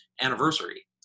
anniversary